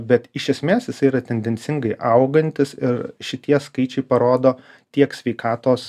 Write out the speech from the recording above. bet iš esmės jisai yra tendencingai augantis ir šitie skaičiai parodo tiek sveikatos